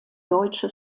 deutsche